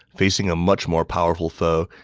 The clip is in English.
facing a much more powerful foe,